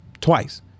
Twice